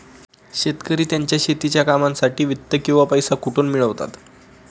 शेतकरी त्यांच्या शेतीच्या कामांसाठी वित्त किंवा पैसा कुठून मिळवतात?